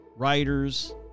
Writers